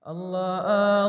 Allah